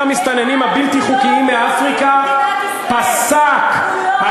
אבל המסתננים הבלתי-חוקיים מאפריקה פסקו מלהגיע.